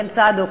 בן צדוק,